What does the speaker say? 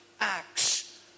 acts